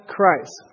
Christ